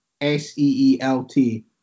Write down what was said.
S-E-E-L-T